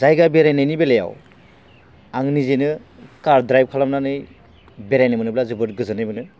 जायगा बेरायनायनि बेलायाव आं निजेनो कार ड्राइभ खालामनानै बेरायनो मोनोब्ला जोबोद गोजोननाय मोनो